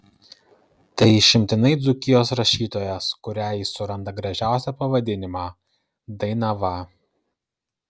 tai išimtinai dzūkijos rašytojas kuriai jis suranda gražiausią pavadinimą dainava